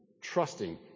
trusting